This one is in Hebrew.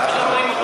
שלא רואים אותו,